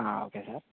okay sir